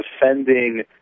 defending